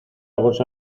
bolsa